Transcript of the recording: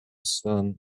sun